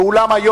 ואולם,